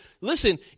listen